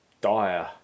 dire